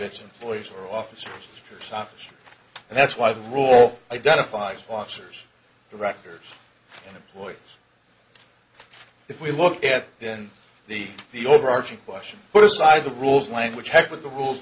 its employees or officers i'm sure and that's why the rule identify sponsors directors and employees if we look at then the the overarching question put aside the rules language check with the rules